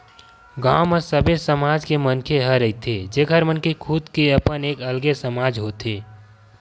गाँव म सबे समाज के मनखे मन ह रहिथे जेखर मन के खुद के अपन एक अलगे समाज होथे